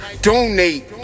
Donate